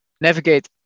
navigate